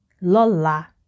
lola